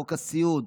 חוק הסיעוד,